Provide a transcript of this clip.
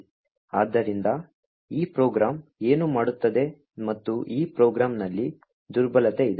ಆದ್ದರಿಂದ ಈ ಪ್ರೋಗ್ರಾಂ ಏನು ಮಾಡುತ್ತದೆ ಮತ್ತು ಈ ಪ್ರೋಗ್ರಾಂನಲ್ಲಿ ದುರ್ಬಲತೆ ಇದೆ